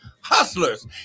hustlers